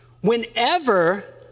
Whenever